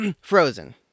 Frozen